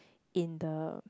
in the